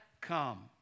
come